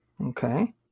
Okay